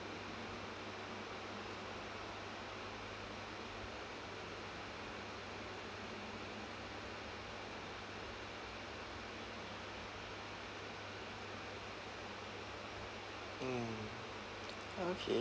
mm okay